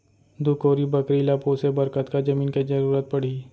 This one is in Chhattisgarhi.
दू कोरी बकरी ला पोसे बर कतका जमीन के जरूरत पढही?